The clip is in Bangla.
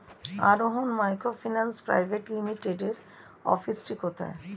আরোহন মাইক্রোফিন্যান্স প্রাইভেট লিমিটেডের অফিসটি কোথায়?